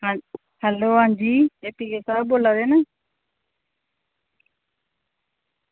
hello हां जी एह् पी ए साहब बोला दे न